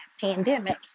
pandemic